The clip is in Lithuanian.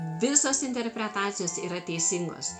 visos interpretacijos yra teisingos